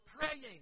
praying